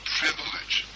privilege